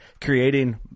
creating